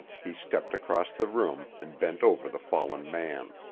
he stepped across the room and bent over the fallen man.